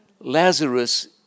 Lazarus